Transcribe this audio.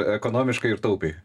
ekonomiškai ir taupiai